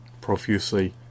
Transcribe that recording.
profusely